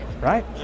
right